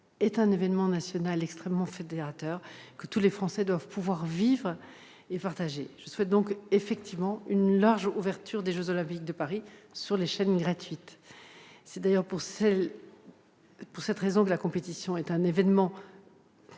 est un événement national extrêmement fédérateur, que tous les Français doivent pouvoir vivre et partager. Je souhaite donc effectivement une large ouverture des jeux Olympiques de Paris sur les chaînes gratuites. C'est d'ailleurs pour cette raison que la compétition est un événement